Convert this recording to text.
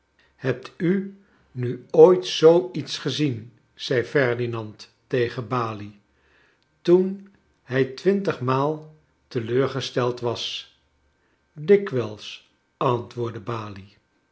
hebt u nu ooit zoo iets gezien zei ferdinand tegen balie toen hij twintig maal teleurgesteld was dikwijls antwoordde balie